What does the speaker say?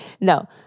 No